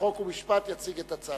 חוק ומשפט יציג את הצעתו.